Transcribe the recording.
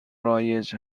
رایج